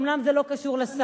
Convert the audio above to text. אומנם זה לא קשור לשר,